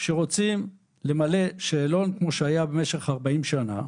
שרוצים למלא שאלון כמו שהיה במשך 40 שנה